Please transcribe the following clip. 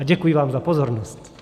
A děkuji vám za pozornost.